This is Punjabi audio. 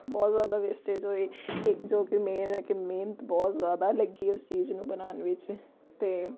ਬਹੁਤ ਜ਼ਿਆਦਾ ਵੇਸਟੇਜ਼ ਹੋਏ ਇੱਕ ਜੋ ਕਿ ਮੇਨ ਹੈ ਕਿ ਮਿਹਨਤ ਬਹੁਤ ਜ਼ਿਆਦਾ ਲੱਗੀ ਉਸ ਚੀਜ਼ ਨੂੰ ਬਣਾਉਣ ਵਿੱਚ ਅਤੇ